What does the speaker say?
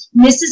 Mrs